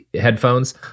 headphones